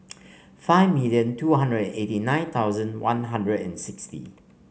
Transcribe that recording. five million two hundred and eighty nine thousand One Hundred and sixty